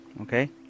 Okay